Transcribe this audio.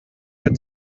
had